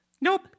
Nope